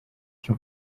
cyo